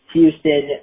Houston